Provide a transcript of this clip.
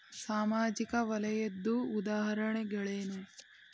ಸಾಮಾಜಿಕ ವಲಯದ್ದು ಉದಾಹರಣೆಗಳೇನು?